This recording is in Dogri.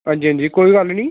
अंजी अंजी कोई गल्ल निं